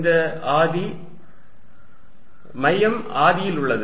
அந்த ஆதி மையம் ஆதியில் உள்ளது